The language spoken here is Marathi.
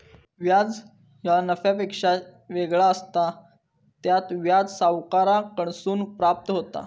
व्याज ह्या नफ्यापेक्षा वेगळा असता, त्यात व्याज सावकाराकडसून प्राप्त होता